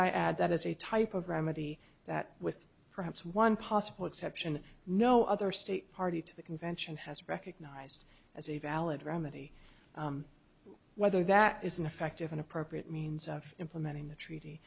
add that is a type of remedy that with perhaps one possible exception no other state party to the convention has recognized as a valid remedy whether that is an effective and appropriate means of implementing the treaty